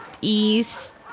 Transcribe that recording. east